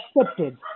accepted